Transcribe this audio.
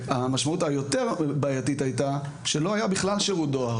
המשמעות היותר בעייתית הייתה שלא היה בכלל שירות דואר.